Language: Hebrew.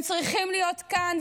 הם צריכים להיות כאן,